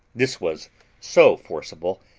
this was so forcible,